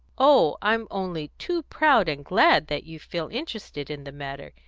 oh, i'm only too proud and glad that you feel interested in the matter!